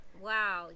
Wow